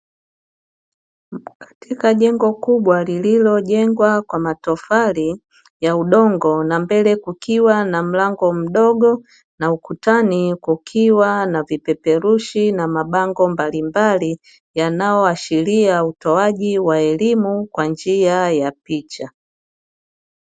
Katika jengo kubwa, lililojengwa kwa matofali ya udongo na mbele kukiwa na mlango mdogo na ukutani, kukiwa na vipeperushi na mabango mbalimbali yanayoashiria utoaji wa elimu kwa njia ya picha.